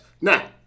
Now